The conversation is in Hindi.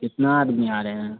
कितना आदमी आ रहे हैं